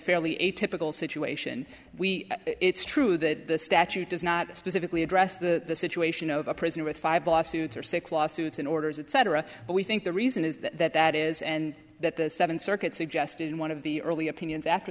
fairly atypical situation we it's true that the statute does not specifically address the situation of a prisoner with five lawsuits or six lawsuits in orders etc but we think the reason is that it is and that the seventh circuit suggested in one of the early opinions after